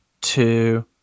two